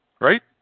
Right